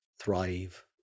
thrive